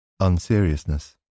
unseriousness